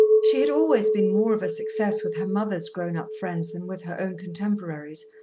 she had always been more of a success with her mother's grown-up friends than with her own contemporaries,